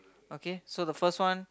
okay so the first one